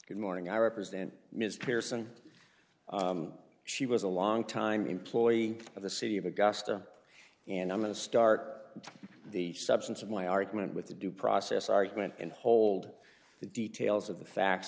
good morning i represent mr pearson she was a long time employee of the city of augusta and i'm going to start the substance of my argument with the due process argument and hold the details of the facts